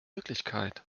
wirklichkeit